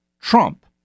Trump